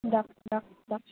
দিয়ক দিয়ক দিয়ক